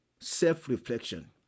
self-reflection